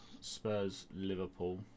Spurs-Liverpool